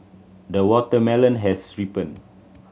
the watermelon has ripened